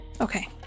Okay